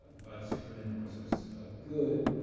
but superman of course was a good,